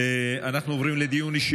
אנחנו עוברים לדיון אישי.